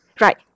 Right